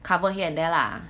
cover here and there lah